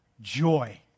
joy